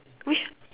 which